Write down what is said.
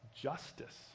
justice